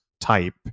type